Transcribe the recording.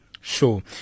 Sure